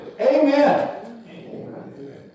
Amen